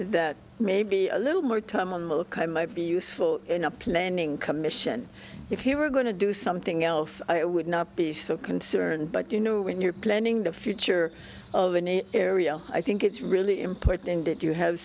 that maybe a little more time ok might be useful in a planning commission if you were going to do something else i would not be so concerned but you know when you're planning the future of an area i think it's really important that you have